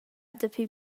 dapi